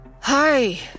Hi